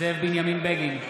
זאב בנימין בגין,